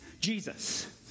Jesus